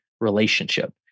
relationship